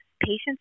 patients